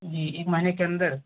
जी एक महीने के अंदर